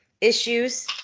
issues